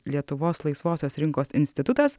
lietuvos laisvosios rinkos institutas